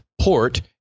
port